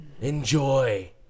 Enjoy